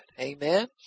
Amen